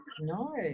No